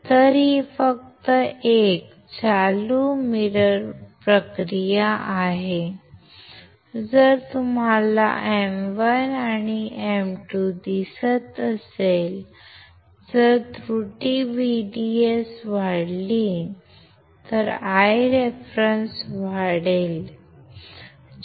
तर ही फक्त एक चालू मिरर क्रिया आहे जर तुम्हाला M1 आणि M2 दिसत असेल जर त्रुटी VDS वाढली तर Ireference वाढेल